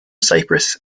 cyprus